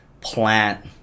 plant